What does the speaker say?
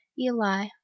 eli